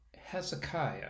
Hezekiah